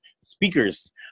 speakers